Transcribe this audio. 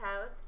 house